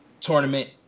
tournament